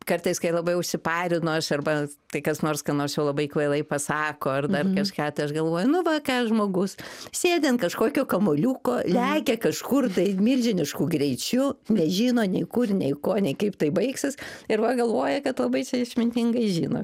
kartais kai labai užsiparinu aš arba tai kas nors ką nors jau labai kvailai pasako ar dar kažką tai aš galvoju nu va ką žmogus sėdi ant kažkokio kamuoliuko lekia kažkur tai milžinišku greičiu nežino nei kur nei ko nei kaip tai baigsis ir va galvoja kad va baisiai išmintingai žino